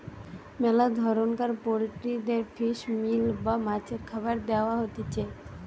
মেলা ধরণকার পোল্ট্রিদের ফিশ মিল বা মাছের খাবার দেয়া হতিছে